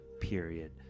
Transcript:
period